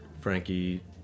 Frankie